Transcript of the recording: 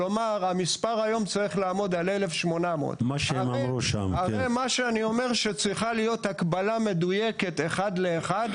כלומר המספר היום צריך לעמוד על 1,800. צריכה להיות הקבלה מדויקת אחד לאחד.